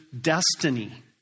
destiny